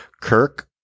Kirk